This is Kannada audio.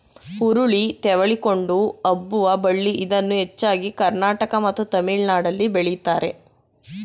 ಹುರುಳಿ ತೆವಳಿಕೊಂಡು ಹಬ್ಬುವ ಬಳ್ಳಿ ಇದನ್ನು ಹೆಚ್ಚಾಗಿ ಕರ್ನಾಟಕ ಮತ್ತು ತಮಿಳುನಾಡಲ್ಲಿ ಬೆಳಿತಾರೆ